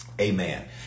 Amen